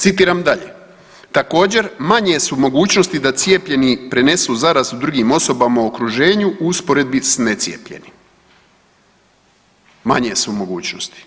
Citiram dalje: „Također manje su mogućnosti da cijepljeni prenesu zarazu drugim osobama u okruženju u usporedbi sa necijepljenim.“ Manje su mogućnosti.